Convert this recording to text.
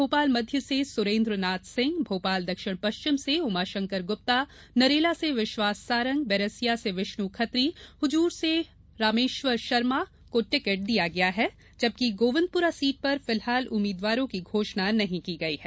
भोपाल मध्य से सुरेन्द्र नाथ सिंह मोपाल दक्षिण पश्चिम से उमाशंकर गुप्ता नरेला से विश्वास सारंग बैरसिया से विष्णु खत्री हुजूर से रामेश्वर शर्मा को टिकट दिया गया है जबकि गोविन्दपुरा सीट पर फिलहाल उम्मीद्वार की घोषणा नहीं की गई है